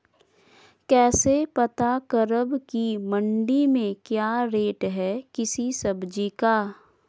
कैसे पता करब की मंडी में क्या रेट है किसी सब्जी का?